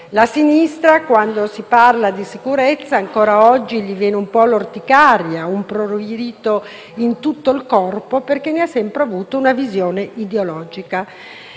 Alla sinistra, quando si parla di sicurezza, ancora oggi viene l'orticaria e un prurito su tutto il corpo, perché ne ha sempre avuto una visione ideologica.